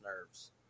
nerves